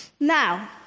Now